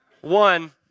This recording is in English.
One